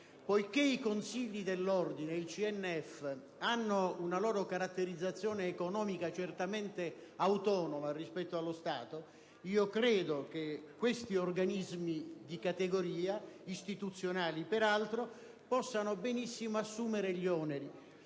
Poiché i consigli dell'ordine, i CNF, hanno una loro caratterizzazione economica certamente autonoma rispetto allo Stato, credo che questi organismi di categoria, peraltro istituzionali, possano tranquillamente assumersi gli oneri